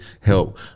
Help